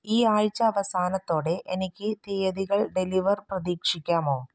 ഈ ആഴ്ച അവസാനത്തോടെ എനിക്ക് തീയതികൾ ഡെലിവർ പ്രതീക്ഷിക്കാമോ